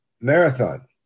marathon